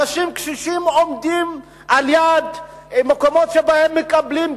אנשים קשישים עומדים על-יד מקומות שבהם מקבלים,